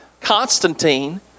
Constantine